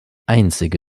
einzige